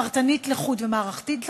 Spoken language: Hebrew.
פרטנית לחוד ומערכתית לחוד,